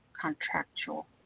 contractual